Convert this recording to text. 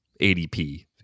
ADP